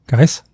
Guys